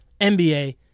NBA